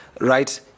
right